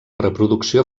reproducció